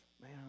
man